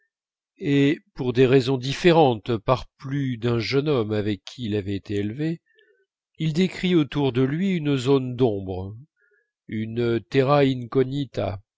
et pour des raisons différentes par plus d'un jeune homme avec qui il avait été élevé il décrit autour de lui une zone d'ombre une terra incognita